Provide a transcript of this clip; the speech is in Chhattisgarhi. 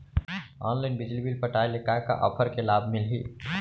ऑनलाइन बिजली बिल पटाय ले का का ऑफ़र के लाभ मिलही?